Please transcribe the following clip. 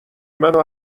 منو